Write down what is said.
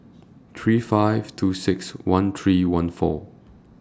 three five two six one three one four